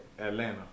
Atlanta